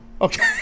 okay